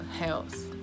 health